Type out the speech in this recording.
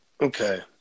Okay